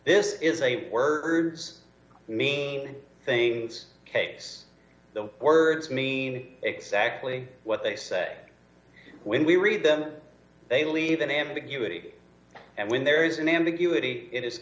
this is a words mean things case the words mean exactly what they say when we read them they leave an ambiguity and when there is an ambiguity it is